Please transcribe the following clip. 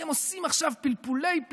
ואתם עושים עכשיו פלפולי-פלפולים,